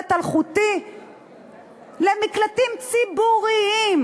אינטרנט אלחוטי למקלטים ציבוריים